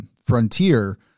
Frontier